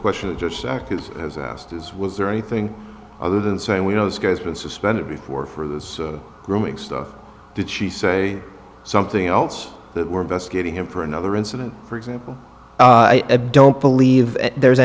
question just because i was asked is was there anything other than saying we know this guy's been suspended before for this growing stuff did she say something else that we're investigating him for another incident for example i don't believe there's